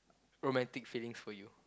romantic feelings for you